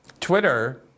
Twitter